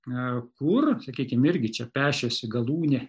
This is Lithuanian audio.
kur sakykim irgi čia pešėsi galūnė